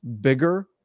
bigger